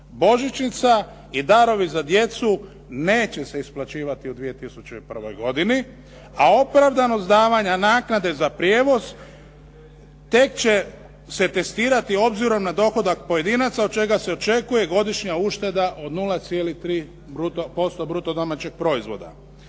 godišnjica i darovi za djecu neće se isplaćivati u 2001. godini, a opravdanost davanja naknade za prijevoz tek će se testirati obzirom na dohodak pojedinaca od čega se očekuje godišnja ušteda od 0,3% bruto domaćeg proizvoda.